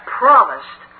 promised